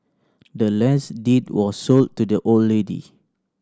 the land's deed was sold to the old lady